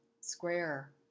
square